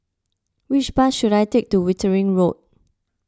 which bus should I take to Wittering Road